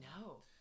No